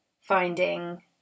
finding